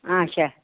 آچھا